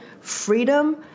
freedom